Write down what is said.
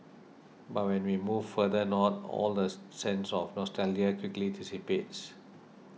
but when we move further north all that sense of nostalgia quickly dissipates